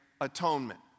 atonement